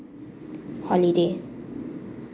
holiday